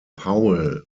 powell